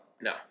No